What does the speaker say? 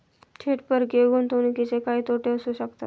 थेट परकीय गुंतवणुकीचे काय तोटे असू शकतात?